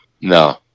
no